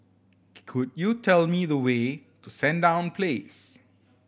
could you tell me the way to Sandown Place